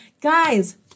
Guys